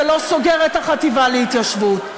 זה לא סוגר את החטיבה להתיישבות.